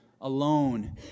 alone